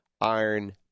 iron